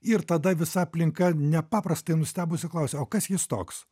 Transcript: ir tada visa aplinka nepaprastai nustebusi klausia o kas jis toks